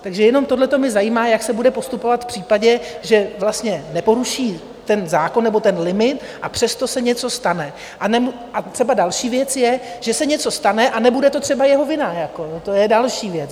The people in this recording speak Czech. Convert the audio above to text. Takže jenom tohle mě zajímá, jak se bude postupovat v případě, že neporuší ten zákon nebo ten limit, a přesto se něco stane, a třeba další věc je, že se něco stane a nebude to třeba jeho vina, to je další věc.